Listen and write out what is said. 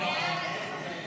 46 בעד, 55 נגד.